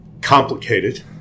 Complicated